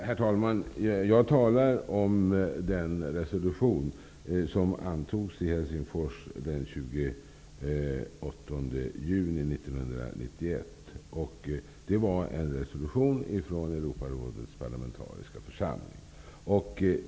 Herr talman! Jag talade om den resolution som antogs i Helsingfors den 28 juni 1991. Det var en resolution från Europarådets parlamentariska församling.